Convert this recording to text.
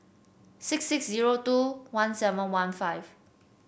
six six zero two one seven one five